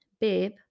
Babe